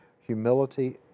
humility